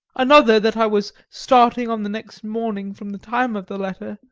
another that i was starting on the next morning from the time of the letter,